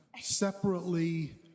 separately